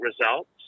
results